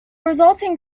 resulting